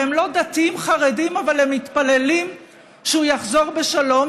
והם לא דתיים-חרדים אבל הם מתפללים שהוא יחזור בשלום,